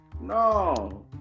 No